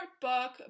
book